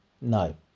No